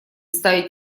ставить